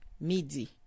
midi